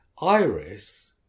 Iris